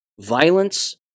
violence